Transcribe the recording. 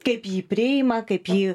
kaip jį priima kaip jį